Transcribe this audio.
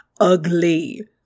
ugly